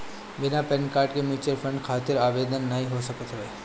बिना PAN card के mutual fund खातिर आवेदन नाइ हो सकत हवे